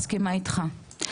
אני מסכימה איתך.